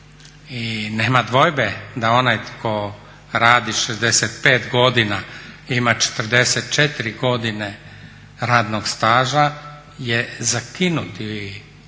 i nema dvojbe da onaj tko radi 65 godina i ima 44 godine radnog staža je zakinut,